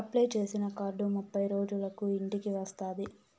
apply చేసిన card ముప్పై రోజులకు ఇంటికి వస్తాది